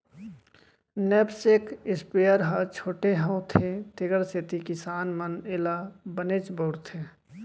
knapsack sprayer ह छोटे होथे तेकर सेती किसान मन एला बनेच बउरथे